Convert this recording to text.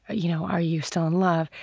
ah you know, are you still in love?